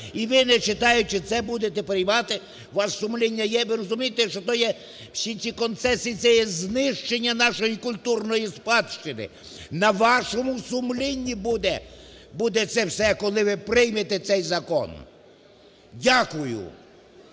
І ви, не читаючи це, будете приймати?! У вас сумління є? Ви розумієте, що то є, всі ці концесії – це знищення нашої культурної спадщини? На вашому сумлінні буде, буде це все, коли ви приймете цей закон! Дякую.